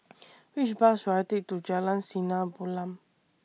Which Bus should I Take to Jalan Sinar Bulan